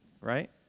right